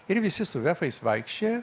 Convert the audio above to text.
ir visi su vefais vaikščiojo